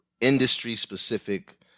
industry-specific